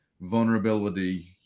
vulnerability